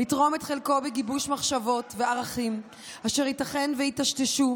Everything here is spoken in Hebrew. לתרום את חלקו בגיבוש מחשבות וערכים אשר ייתכן וייטשטשו.